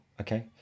okay